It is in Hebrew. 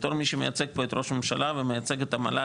כמי שמייצג את ראש הממשלה ומייצג את המועצה